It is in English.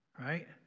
Right